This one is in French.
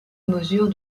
mesure